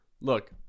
look